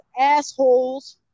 assholes